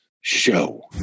show